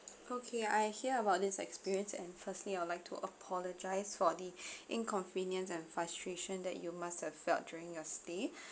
okay I hear about this experience and firstly I would like to apologise for the inconvenience and frustration that you must have felt during your stay